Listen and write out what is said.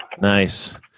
Nice